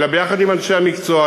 אלא ביחד עם אנשי המקצוע.